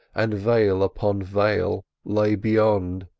and veil upon veil lay beyond.